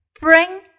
Bring